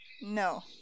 No